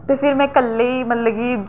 ते फ्ही में कल्लै मतलब कि